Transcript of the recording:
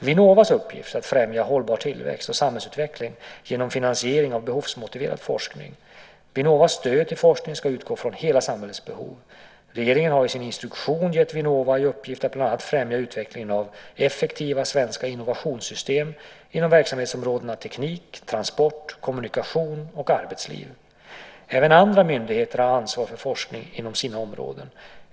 Vinnovas uppgift är att främja hållbar tillväxt och samhällsutveckling genom finansiering av behovsmotiverad forskning. Vinnovas stöd till forskning ska utgå ifrån hela samhällets behov. Regeringen har i sin instruktion gett Vinnova i uppgift att bland annat främja utvecklingen av effektiva svenska innovationssystem inom verksamhetsområdena teknik, transport, kommunikation och arbetsliv. Även andra myndigheter har ansvar för forskning inom sina områden.